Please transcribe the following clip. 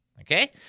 Okay